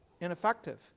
ineffective